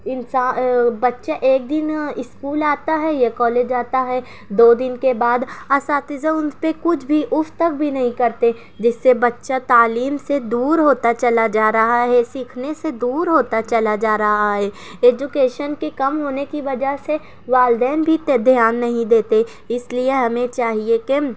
انسا بچہ ایک دن اسکول آتا ہے یا کالج آتا ہے دو دن کے بعد اساتذہ ان پہ کچھ بھی اف تک بھی نہیں کرتے جس سے بچہ تعلیم سے دور ہوتا چلا جا رہا ہے سیکھنے سے دور ہوتا چلا جا رہا ہے ایجوکیشن کے کم ہونے کی وجہ سے والدین بھی تو دھیان نہیں دیتے اس لیے ہمیں چاہیے کہ